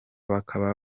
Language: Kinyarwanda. bakaba